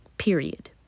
Period